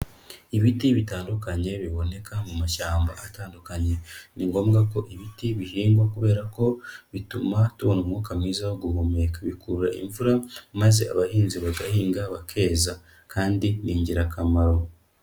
Ibiti bitandukanye biboneka mu mashyamba atandukanye. Ni ngombwa ko ibiti bihingwa kubera ko bituma tubona umwuka mwiza wo guhumeka. Bikurura imvura, maze abahinzi bagahinga bakeza, kandi ni ingirakamaro.